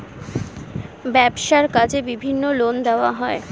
ব্যবসার কাজে বিভিন্ন লোন দেওয়া হয়